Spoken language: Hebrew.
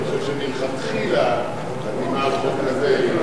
אני חושב שמלכתחילה חתימה על החוק הזה היא,